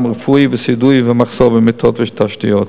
הרפואי והסיעודי והמחסור במיטות ותשתיות.